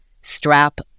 strap